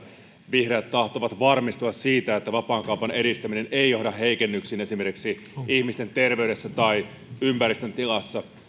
vihreät tahtovat varmistua siitä että vapaakaupan edistäminen ei johda heikennyksiin esimerkiksi ihmisten terveydessä tai ympäristön tilassa